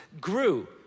grew